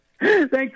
Thanks